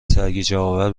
سرگیجهآور